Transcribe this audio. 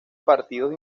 partidos